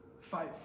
Fight